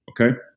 okay